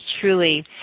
truly